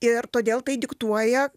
ir todėl tai diktuoja